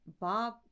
Bob